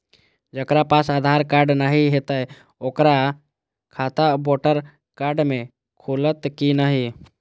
जकरा पास आधार कार्ड नहीं हेते ओकर खाता वोटर कार्ड से खुलत कि नहीं?